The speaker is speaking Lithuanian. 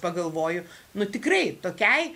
pagalvoju nu tikrai tokiai